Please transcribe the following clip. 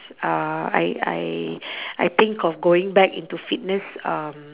uh I I I think of going back into fitness um